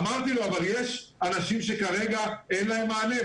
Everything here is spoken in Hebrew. אמרתי לו שיש אנשים שכרגע אין להם מענה,